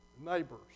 neighbors